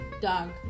dog